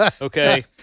Okay